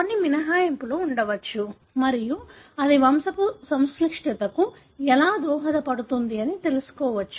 కొన్ని మినహాయింపు లు ఉండవచ్చు మరియు అది వంశపు సంక్లిష్టతకు ఎలా దోహదపడుతుంది అని తెలుసుకోవచ్చు